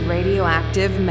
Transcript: Radioactive